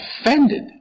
offended